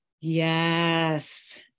yes